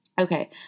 okay